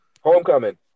Homecoming